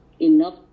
enough